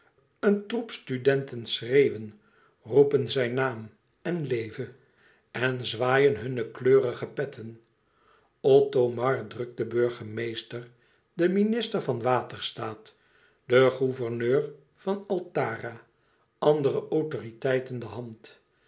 een troep studenten schreeuwen roepen zijn naam en leve en zwaaien hunne kleurige petten othomar drukt den burgemeester den minister van waterstaat den gouverneur van altara andere autoriteiten de hand